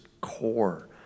core